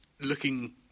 looking